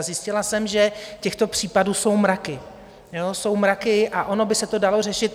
A zjistila jsem, že těchto případů jsou mraky, ano, jsou mraky, a ono by se to dalo řešit.